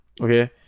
okay